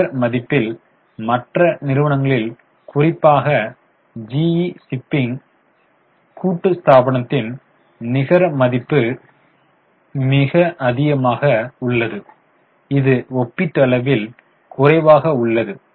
நிகர மதிப்பில் மற்ற நிறுவனங்களில் குறிப்பாக GE ஷிப்பிங் கூட்டுத்தாபனத்தின் நிகர மதிப்பு மிக அதிகமாக உள்ளது இது ஒப்பீட்டளவில் குறைவாக உள்ளது